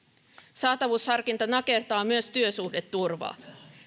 saatavuusharkinta nakertaa myös työsuhdeturvaa